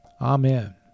Amen